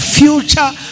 future